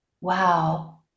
wow